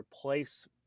replace